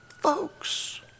folks